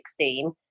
2016